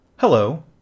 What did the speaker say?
Hello